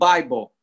Bible